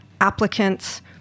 applicants